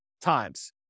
times